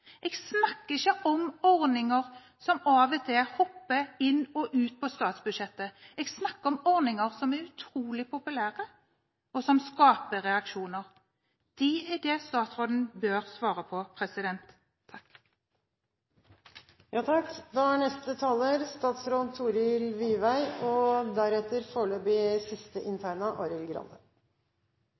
Jeg snakker ikke om ordninger som av og til hopper inn på og ut av statsbudsjettet. Jeg snakker om ordninger som er utrolig populære, og som skaper reaksjoner. Det er dette statsråden bør svare på. Først noen kommentarer om NRK. Det er